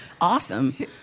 Awesome